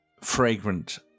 fragrant